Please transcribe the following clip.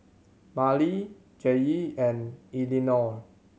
Merle Jaye and Elinore